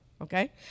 okay